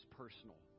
personal